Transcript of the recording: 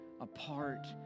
apart